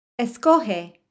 Escoge